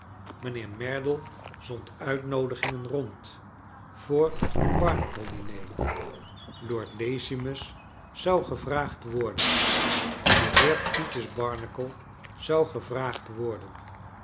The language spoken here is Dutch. mijnheer merdle zond uitnoodigingen rond voor een barnacle diner lord decimus zou gevraagd worden de heer titus barnacle zou gevraagd worden